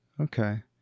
Okay